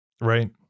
Right